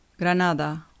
Granada